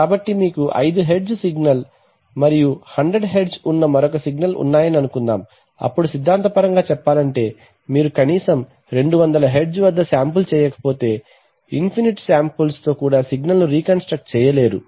కాబట్టి మీకు ఐదు హెర్ట్జ్ సిగ్నల్ మరియు 100 హెర్ట్జ్ ఉన్న మరొక సిగ్నల్ ఉన్నాయని అనుకుందాం అప్పుడు సిద్ధాంతపరంగా చెప్పాలంటే మీరు కనీసం 200 హెర్ట్జ్ వద్ద శాంపిల్ చేయకపోతే ఇన్ఫినిట్ శాంపిల్స్తో కూడా సిగ్నల్ను రీ కన్ స్ట్రక్ట్ చేయ లేరు